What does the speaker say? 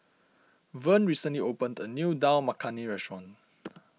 Vern recently opened a new Dal Makhani restaurant